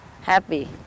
happy